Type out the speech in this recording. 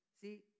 See